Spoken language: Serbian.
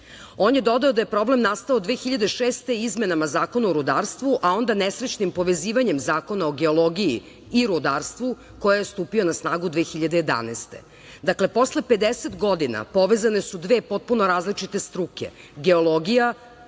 je dodao da je problem nastao 2006. godine izmenama Zakona o rudarstvu, a onda nesrećnim povezivanjem Zakona o geologiji i rudarstvu koji je stupio na snagu 2011. godine. Dakle, posle 50 godina povezane su dve potpune dve različite struke, geologija